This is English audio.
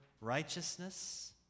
righteousness